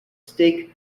stake